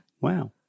Wow